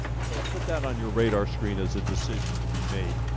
so put that on your radar screen as a decision to be made.